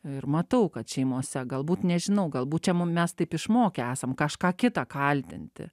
ir matau kad šeimose galbūt nežinau galbūt čia mum mes taip išmokę esam kažką kitą kaltinti